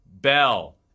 Bell